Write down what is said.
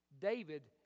David